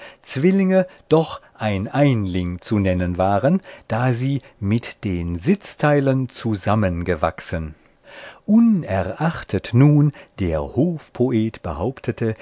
zwillinge doch ein einling zu nennen waren da sie mit den sitzteilen zusammengewachsen unerachtet nun der hofpoet behauptete